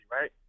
right